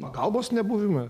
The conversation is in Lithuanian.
pagalbos nebuvimą